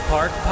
Park